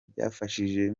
byafashije